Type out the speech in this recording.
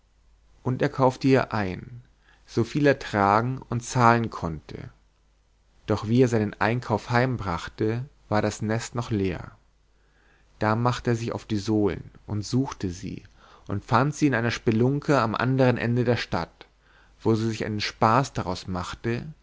und er kaufte ihr ein soviel er tragen und zahlen konnte doch wie er seinen einkauf heimbrachte war das nest noch leer da machte er sich auf die sohlen und suchte sie und fand sie in einer spelunke am anderen ende der stadt wo sie sich einen spaß daraus machte